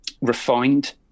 refined